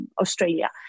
Australia